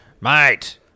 Mate